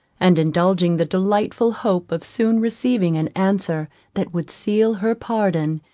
and indulging the delightful hope of soon receiving an answer that would seal her pardon,